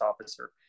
officer